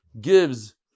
gives